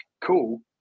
cool